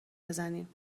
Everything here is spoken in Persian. بزنیم